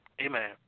Amen